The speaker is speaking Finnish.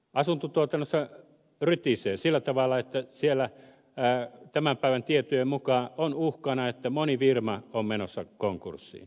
asuntotuotannossa rytisee sillä tavalla että siellä tämän päivän tietojen mukaan on uhkana että moni firma on menossa konkurssiin